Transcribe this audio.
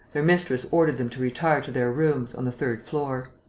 their mistress ordered them to retire to their bedrooms, on the third floor.